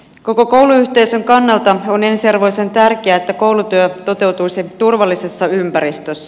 koko kouluyhteisön kannalta on ensiarvoisen tärkeää että koulutyö toteutuisi turvallisessa ympäristössä